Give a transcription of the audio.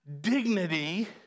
dignity